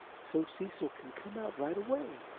so cecil can come out, right away!